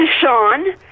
Sean